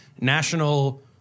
national